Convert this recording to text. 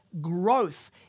Growth